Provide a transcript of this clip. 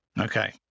okay